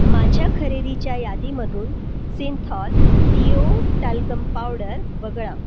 माझ्या खरेदीच्या यादीमधून सिंथॉल डीओ टॅल्कम पावडर वगळा